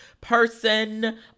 person